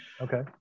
Okay